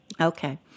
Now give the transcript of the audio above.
Okay